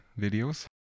videos